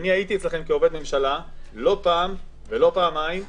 הייתי אצלכם כעובד ממשלה, לא פעם ולא פעמיים,